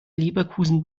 leverkusen